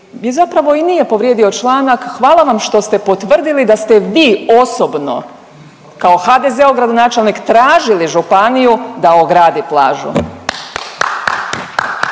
zapravo i nije povrijedio članak, hvala vam što ste potvrdili da ste vi osobno kao HDZ-ov gradonačelnik tražili županiju da ogradi plažu.